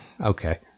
Okay